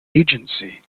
agency